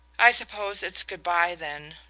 i suppose it's good-bye then,